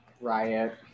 riot